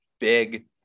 big